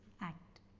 act